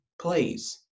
Please